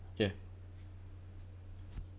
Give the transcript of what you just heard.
ya